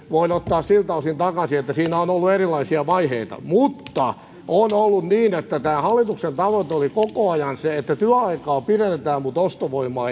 voin ottaa siltä osin takaisin että sen jälkeen kun prosessi eteni siinä on ollut erilaisia vaiheita mutta on ollut niin että tämä hallituksen tavoite oli koko ajan se että työaikaa pidennetään mutta ostovoimaa